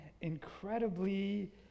incredibly